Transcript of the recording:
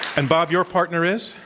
and bob, your partner is?